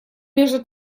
между